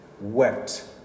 wept